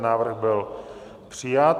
Návrh byl přijat.